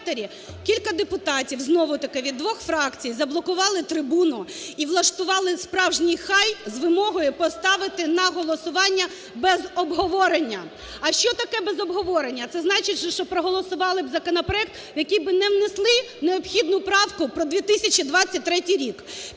кілька депутатів, знову таки, від двох фракцій заблокували трибуну і влаштували справжній хай з вимогою поставити на голосування без обговорення. А що таке без обговорення? Це значить, що проголосували б законопроект, в який би не внесли необхідну правку про 2023 рік.